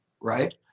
Right